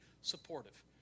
supportive